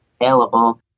available